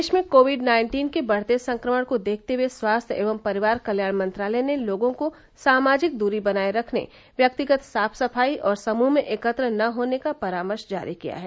देश में COVID nineteen के बढ़ते संक्रमण को देखते हुए स्वास्थ्य एवं परिवार कल्याण मंत्रालय ने लोगों को सामाजिक दूरी बनाए रखने व्यक्तिगत साफ सफाई और समूह में एकत्र न होने का परामर्श जारी किया है